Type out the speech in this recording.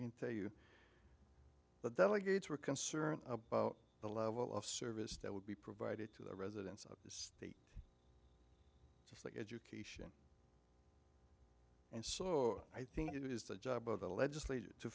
can tell you the delegates were concerned about the level of service that would be provided to the residents of this just like education and so i think it is the job of the legislature to